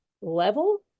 level